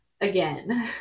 again